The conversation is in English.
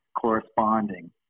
corresponding